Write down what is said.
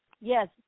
Yes